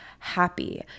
happy